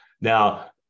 Now